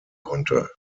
konnte